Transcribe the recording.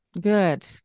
Good